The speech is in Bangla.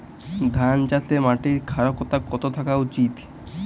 ধান চাষে মাটির ক্ষারকতা কত থাকা উচিৎ?